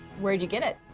where'd you get it?